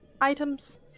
items